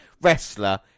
wrestler